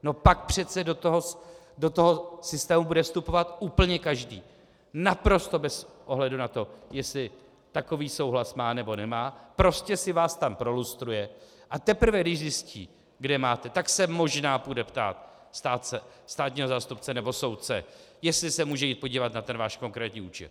No pak přece do toho systému bude vstupovat úplně každý, naprosto bez ohledu na to, jestli takový souhlas má, nebo nemá, prostě si vás tam prolustruje, a teprve když zjistí, kde máte, tak se možná půjde ptát státního zástupce nebo soudce, jestli se může jít podívat na ten váš konkrétní účet.